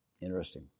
Interesting